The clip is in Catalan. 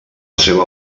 seva